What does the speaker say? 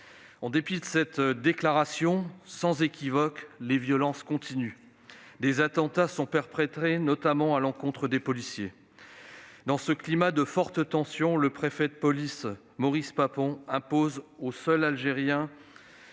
En dépit de cette déclaration sans équivoque, les violences continuent. Des attentats sont perpétrés, notamment à l'encontre des policiers. Dans ce climat de forte tension, le préfet de police de Paris, Maurice Papon, impose aux seuls «